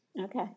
Okay